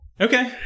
Okay